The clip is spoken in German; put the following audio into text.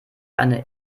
eine